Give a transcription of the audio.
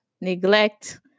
neglect